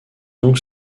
donc